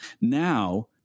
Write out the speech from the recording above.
Now